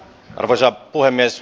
arvoisa puhemies